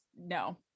no